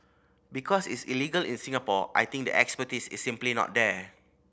because it's illegal in Singapore I think the expertise is simply not there